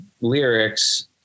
lyrics